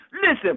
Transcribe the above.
Listen